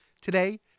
Today